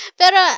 pero